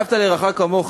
"ואהבת לרעך כמוך"